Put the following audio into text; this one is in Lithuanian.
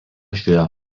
šioje